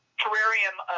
terrarium